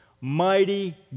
Mighty